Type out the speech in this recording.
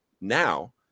now